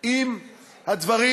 אם הדברים,